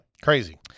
Crazy